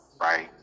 right